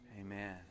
amen